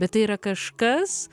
bet tai yra kažkas